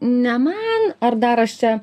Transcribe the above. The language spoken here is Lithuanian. ne man ar dar aš čia